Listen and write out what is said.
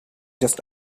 just